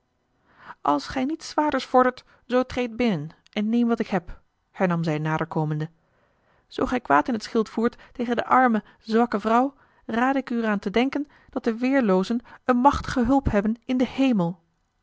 als gij niets zwaarders vordert zoo treed binnen en neem wat ik heb hernam zij naderkomende zoo gij kwaad in t schild voert tegen de arme zwakke vrouw rade ik u er aan te denken dat de weêrloozen een machtige hulp hebben in den hemel